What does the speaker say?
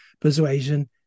persuasion